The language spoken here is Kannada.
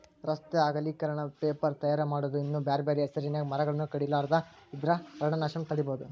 ರಸ್ತೆ ಅಗಲೇಕರಣ, ಪೇಪರ್ ತಯಾರ್ ಮಾಡೋದು ಇನ್ನೂ ಬ್ಯಾರ್ಬ್ಯಾರೇ ಹೆಸರಿನ್ಯಾಗ ಮರಗಳನ್ನ ಕಡಿಲಾರದ ಇದ್ರ ಅರಣ್ಯನಾಶವನ್ನ ತಡೇಬೋದು